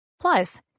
Plus